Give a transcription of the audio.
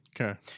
Okay